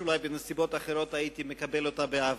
שאולי בנסיבות אחרות הייתי מקבל אותה באהבה.